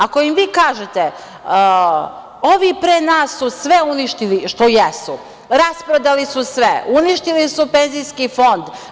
Ako im vi kažete: „Ovi pre nas su sve uništili“, što jesu: „Rasprodali su sve, uništili su penzijski fond.